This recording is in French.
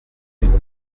vous